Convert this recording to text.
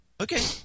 Okay